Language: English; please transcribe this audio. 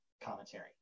commentary